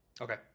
Okay